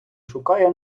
шукає